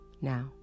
Now